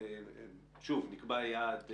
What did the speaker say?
נקבע יעד,